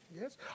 yes